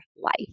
life